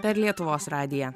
per lietuvos radiją